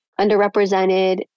underrepresented